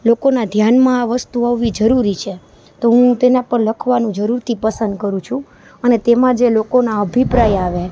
લોકોના ધ્યાનમાં આ વસ્તુ આવવી જરૂરી છે તો હું તેના પર લખવાનું જરૂરથી પસંદ કરું છું અને તેમાં જે લોકોના અભિપ્રાય આવે